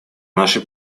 нашей